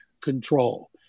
control